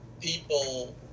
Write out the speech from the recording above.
people